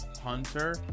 hunter